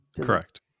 Correct